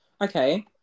okay